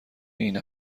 این